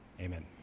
Amen